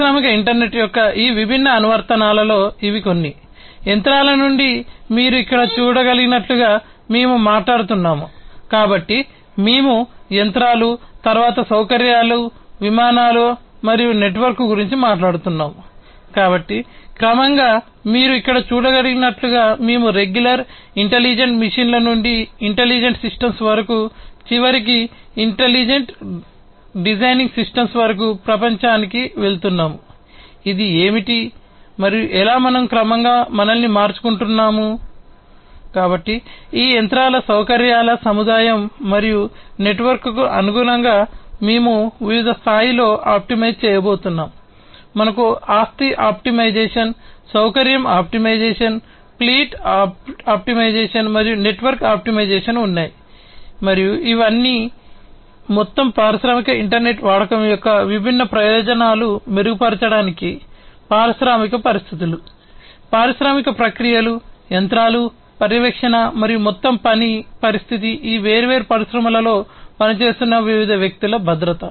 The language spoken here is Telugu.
పారిశ్రామిక ఇంటర్నెట్ యొక్క ఈ విభిన్న అనువర్తనాలలో మరియు నెట్వర్క్ ఆప్టిమైజేషన్ ఉన్నాయి మరియు ఇవి మొత్తం పారిశ్రామిక ఇంటర్నెట్ వాడకం యొక్క విభిన్న ప్రయోజనాలు మెరుగుపరచడానికి పారిశ్రామిక పరిస్థితులు పారిశ్రామిక ప్రక్రియలు యంత్రాలు పర్యవేక్షణ మరియు మొత్తం పని పరిస్థితి ఈ వేర్వేరు పరిశ్రమలలో పనిచేస్తున్న వివిధ వ్యక్తుల భద్రత